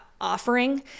offering